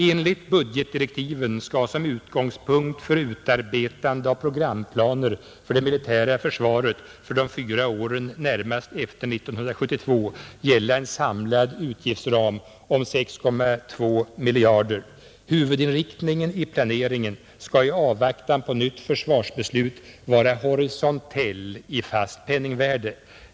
Enligt budgetdirektiven skall som utgångspunkt för utarbetande av programplaner för det militära försvaret för de fyra åren närmast efter 1972 gälla en samlad utgiftsram om 6,2 miljarder kronor. Huvudinriktningen i planeringen skall i avvaktan på nytt försvarsbeslut vara horisontell i fast penningvärde.